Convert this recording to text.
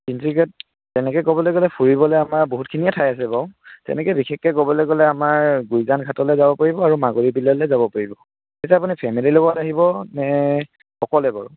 তিনিচুকীয়াত তেনেকৈ ক'বলৈ গ'লে ফুৰিবলৈ আমাৰ বহুতখিনিয়ে ঠাই আছে বাৰু তেনেকৈ বিশেষকৈ ক'বলৈ গ'লে আমাৰ গুঁইজান ঘাটলৈ যাব পাৰিব আৰু মাগুৰী বিললৈ যাব পাৰিব এতিয়া আপুনি ফেমিলী লগত আহিব নে অকলে বাৰু